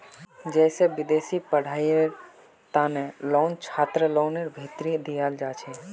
जैसे विदेशी पढ़ाईयेर तना लोन छात्रलोनर भीतरी दियाल जाछे